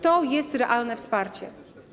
To jest realne wsparcie.